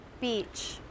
Beach